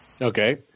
Okay